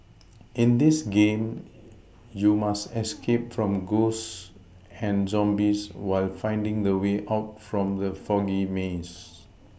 in this game you must escape from ghosts and zombies while finding the way out from the foggy maze